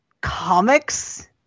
comics